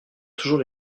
toujours